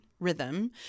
rhythm